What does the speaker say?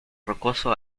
rocoso